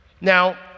Now